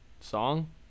song